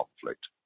conflict